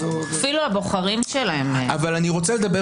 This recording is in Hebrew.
אפילו הבוחרים שלהם --- אבל אני רוצה לדבר